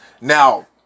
Now